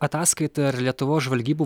ataskaita ir lietuvos žvalgybų